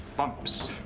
bumps.